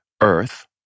earth